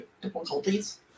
difficulties